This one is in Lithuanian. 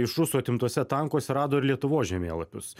iš rusų atimtuose tankuose rado ir lietuvos žemėlapius